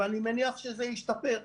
ואני מניח שזה השתפר.